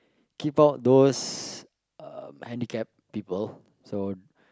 keep out those um handicapped people so